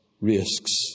risks